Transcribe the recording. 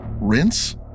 rinse